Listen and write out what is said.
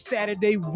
Saturday